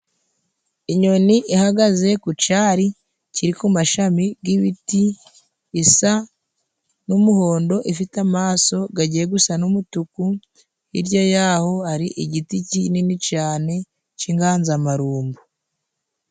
Inyoni ihagaze ku cari kiri ku mashami g'ibiti, isa n'umuhondo ifite amaso gagiye gusa n'umutuku, hirya yaho hari igiti kinini cane c'inganzamarumbu.